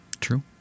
True